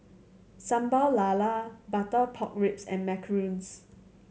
Sambal Lala butter pork ribs and macarons